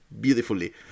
beautifully